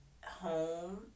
home